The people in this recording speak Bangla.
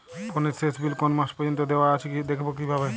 ফোনের শেষ বিল কোন মাস পর্যন্ত দেওয়া আছে দেখবো কিভাবে?